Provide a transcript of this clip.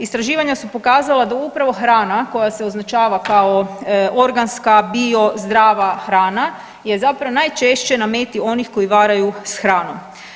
Istraživanja su pokazala da upravo hrana koja se označava kao organska, bio zdrava hrana je zapravo najčešće na meti onih koji varaju s hranom.